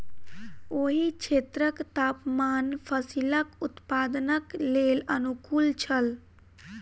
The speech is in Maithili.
ओहि क्षेत्रक तापमान फसीलक उत्पादनक लेल अनुकूल छल